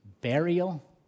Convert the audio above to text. burial